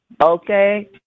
Okay